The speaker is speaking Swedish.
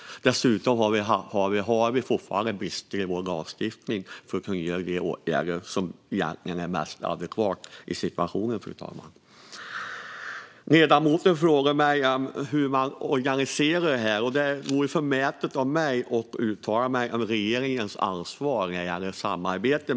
Dessutom har vi fortfarande brister i vår lagstiftning som gör att vi inte kan vidta de åtgärder som egentligen är mest adekvata i situationen, fru talman. Ledamoten frågar mig hur man organiserar samarbetet. Det vore förmätet av mig att uttala mig om regeringens ansvar när det gäller samarbete.